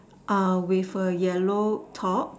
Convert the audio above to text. with yellow top